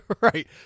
right